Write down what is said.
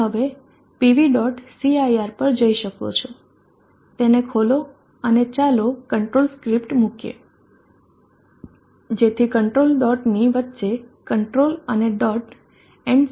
cir પર જઈ શકો છો તેને ખોલો અને ચાલો કંટ્રોલ સ્ક્રિપ્ટસ મૂકીએ જેથી કંટ્રોલ ડોટની વચ્ચે કંટ્રોલ અને ડોટ endc